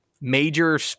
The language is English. major